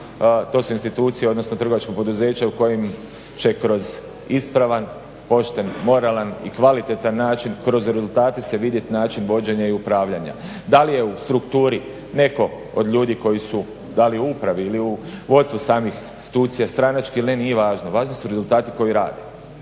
to su institucije, odnosno trgovačka poduzeća u kojim će kroz ispravan, pošten, moralan i kvalitetan način kroz rezultate se vidjet način vođenja i upravljanja. Da li je u strukturi neko od ljudi koji su da li u upravi ili u vodstvu samih institucija nije važno, važni su rezultati koji rade.